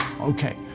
Okay